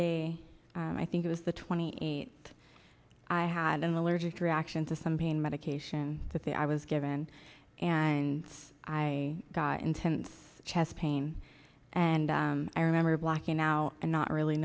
day i think it was the twenty eight i had an allergic reaction to some pain medication that they i was given and i got intense chest pain and i remember blacking out and not really